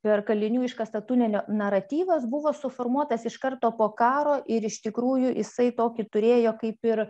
per kalinių iškastą tunelį naratyvas buvo suformuotas iš karto po karo ir iš tikrųjų jisai tokį turėjo kaip ir